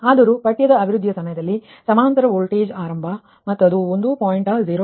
ಆದರೂ ಪಠ್ಯದ ಅಭಿವೃದ್ಧಿಯ ಸಮಯದಲ್ಲಿ ಸಮಾಂತರ ವೋಲ್ಟೇಜ್ ಆರಂಭ ಮತ್ತದು 1